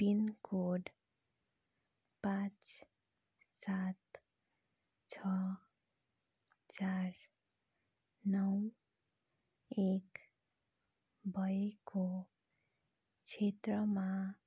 pin code पाँच सात छ चार नौ एक भएको क्षेत्रमा